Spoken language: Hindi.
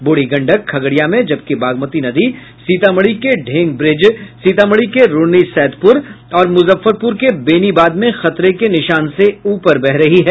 बूढ़ी गंडक खगड़िया में जबकि बागमती नदी सीतामढ़ी के ढेंग ब्रिज सीतामढ़ी के रून्नीसैदपुर और मुजफ्फरपुर के बेनीबाद में खतरे के निशान से ऊपर बह रही है